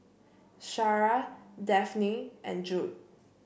Shara Daphne and Judd